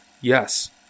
yes